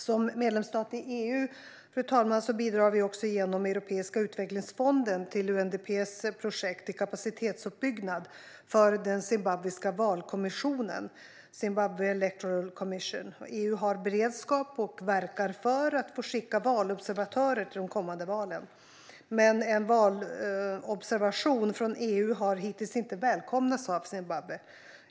Fru talman! Som EU-medlemsstat bidrar vi även genom Europeiska utvecklingsfonden till UNDP:s projekt till kapacitetsuppbyggnad för den zimbabwiska valkommissionen Zimbabwe Electoral Commission. EU har beredskap, och verkar för, att få skicka valobservatörer till de kommande valen. En valobservation från EU har dock hittills inte välkomnats av Zimbabwe.